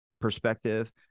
perspective